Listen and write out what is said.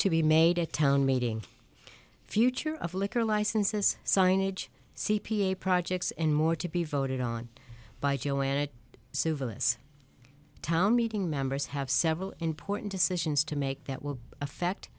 to be made a town meeting future of liquor licenses signage c p a projects and more to be voted on by joanna so villas town meeting members have several important decisions to make that will affect